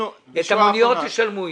את המוניות תשלמו אתו.